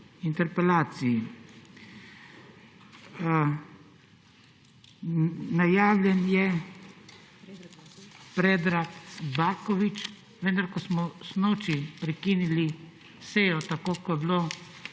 interpelaciji. Najavljen je Predrag Baković, vendar ko smo sinoči prekinili sejo, kot je bilo